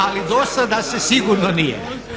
Ali dosada se sigurno nije.